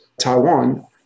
Taiwan